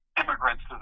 immigrants